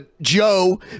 Joe